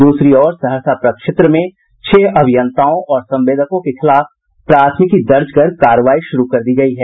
दूसरी ओर सहरसा प्रक्षेत्र में छह अभियंताओं और संवेदकों के खिलाफ प्राथमिकी दर्ज कर कार्रवाई शुरू कर दी गयी है